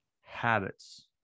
Habits